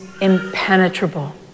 impenetrable